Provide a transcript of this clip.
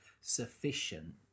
sufficient